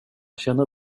känner